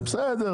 בסדר.